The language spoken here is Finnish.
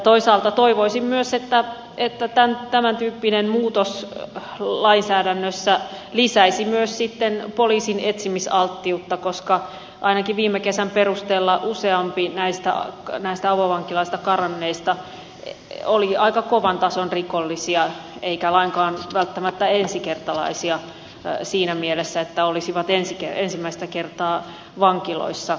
toisaalta toivoisin myös että tämän tyyppinen muutos lainsäädännössä lisäisi myös sitten poliisin etsimisalttiutta koska ainakin viime kesän perusteella useampi näistä avovankiloista karanneista oli aika kovan tason rikollinen eikä lainkaan välttämättä ensikertalainen siinä mielessä että olisi ensimmäistä kertaa vankilassa